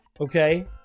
Okay